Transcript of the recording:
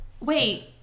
Wait